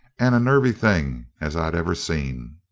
and a nervy thing as i ever seen.